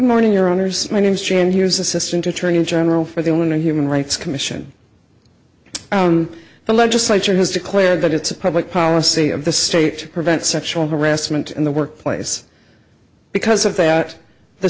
morning your honour's my name is jim he was assistant attorney general for the want of human rights commission on the legislature has declared that it's a public policy of the state to prevent sexual harassment in the workplace because of that the